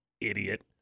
Idiot